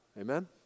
Amen